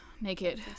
naked